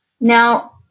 Now